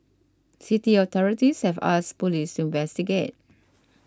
city authorities have asked police to investigate